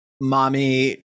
mommy